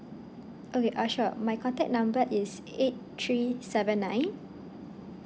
okay uh sure my contact number is eight three seven nine